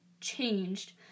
changed